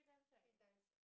three times